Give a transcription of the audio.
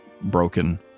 broken